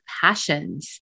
passions